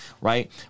right